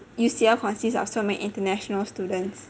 U_C_L consists of so many international students